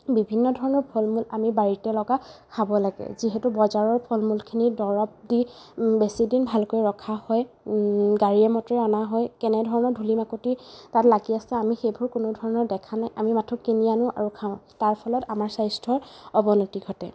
বিভিন্ন ধৰণৰ ফল মূল আমি বাৰীতে লগাই খাব লাগে যিহেতু বজাৰৰ ফল মূলখিনি দৰৱ দি বেছি দিন ভালকৈ ৰখা হয় গাড়ীয়ে মটৰে অনা হয় কেনে ধৰণৰ ধূলি মাকতি তাত লাগি আছে আমি সেইবোৰ কোনো ধৰণৰ দেখা নাই আমি মাথো কিনি আনো আৰু খাওঁ তাৰ ফলত আমাৰ স্বাস্থ্যৰ অৱনতি ঘটে